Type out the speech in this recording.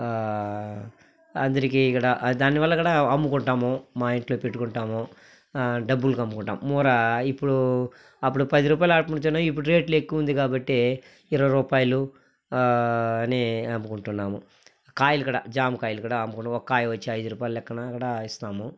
అందరికీ ఇక్కడ దానివల్ల అక్కడ అమ్ముకుంటాము మా ఇంట్లో పెట్టుకుంటాము డబ్బులకు అమ్ముకుంటాము మూర ఇప్ప్పుడు అప్పుడు పది రూపాయల అడా పంచిన ఇప్పుడు రేట్లు ఎక్కువ ఉంది కాబట్టి ఇరవై రూపాయలు అనీ అమ్ముకుంటున్నాము కాయలు ఇక్కడ జామకాయలు ఇక్కడ అమ్ముకుంటూ ఒక కాయ వచ్చి ఐదు రూపాయలు లెక్కన ఇక్కడ ఇస్తున్నాము